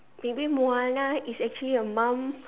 maybe Moana is actually a mum